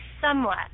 somewhat